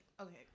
okay